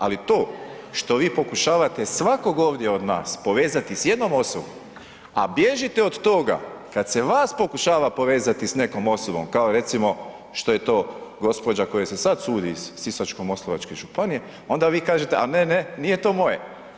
Ali to što vi pokušavate svakog ovdje od nas povezati s jednom osobom, a bježite od toga kad se vas pokušava povezati s nekom osobom, kao recimo što je to gđa. kojoj se sad sudi iz Sisačko-moslavačke županije, onda vi kažete, a ne, ne, nije to moje.